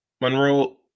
Monroe